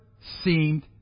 seemed